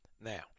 Now